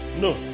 No